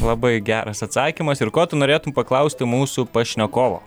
labai geras atsakymas ir ko tu norėtum paklausti mūsų pašnekovo